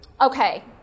okay